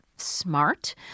smart